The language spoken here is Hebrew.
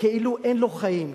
כאילו אין לו חיים,